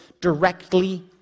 directly